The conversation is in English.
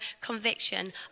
conviction